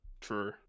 true